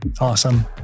Awesome